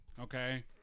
Okay